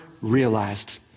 realized